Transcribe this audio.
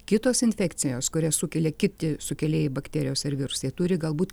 kitos infekcijos kurias sukelia kiti sukėlėjai bakterijos ar virusai turi galbūt